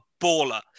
baller